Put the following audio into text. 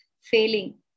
failing